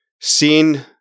seen